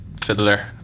fiddler